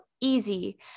easy